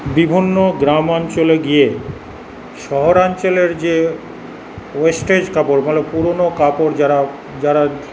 বিভিন্ন গ্রাম অঞ্চলে গিয়ে শহরাঞ্চলের যে ওয়েস্টেজ কাপড় ভালো পুরোনো কাপড় যারা যারা